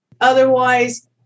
Otherwise